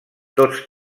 tots